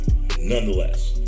nonetheless